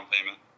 payment